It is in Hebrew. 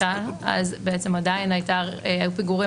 זיהיתם עלייה בפיגורים